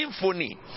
symphony